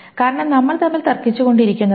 കാരണം നമ്മൾ തമ്മിൽ തർക്കിച്ചുകൊണ്ടിരുന്നതാണ്